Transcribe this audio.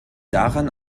daran